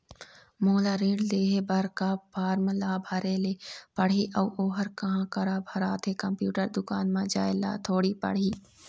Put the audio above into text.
मोला ऋण लेहे बर का फार्म ला भरे ले पड़ही अऊ ओहर कहा करा भराथे, कंप्यूटर दुकान मा जाए ला थोड़ी पड़ही?